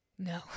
No